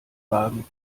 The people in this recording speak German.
wagen